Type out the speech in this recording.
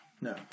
No